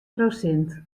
prosint